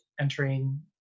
entering